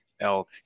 elk